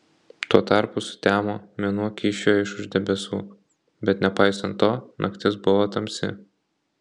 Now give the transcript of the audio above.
tuo tarpu sutemo mėnuo kyščiojo iš už debesų bet nepaisant to naktis buvo tamsi